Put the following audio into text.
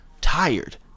tired